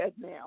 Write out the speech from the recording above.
now